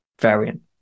variant